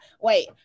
wait